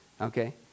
okay